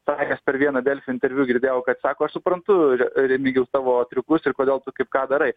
pasakęs per vieną delfi interviu girdėjau kad sako aš suprantu remigijau tavo triukus ir kodėl tu kaip ką darai